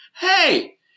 Hey